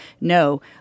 no